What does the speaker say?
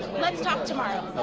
let's talk tomorrow.